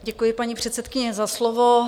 Děkuji, paní předsedkyně, za slovo.